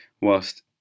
Whilst